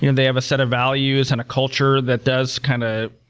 you know they have a set of values and a culture that does kind of